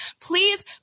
Please